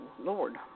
Lord